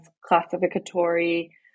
classificatory